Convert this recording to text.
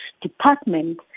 Department